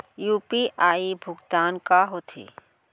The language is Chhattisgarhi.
यू.पी.आई भुगतान का होथे?